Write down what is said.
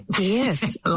Yes